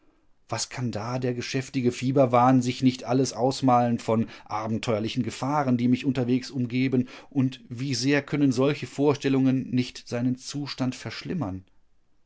was kann da der geschäftige fieberwahn sich nicht alles ausmalen von abenteuerlichen gefahren die mich unterwegs umgeben und wie sehr können solche vorstellungen nicht seinen zustand verschlimmern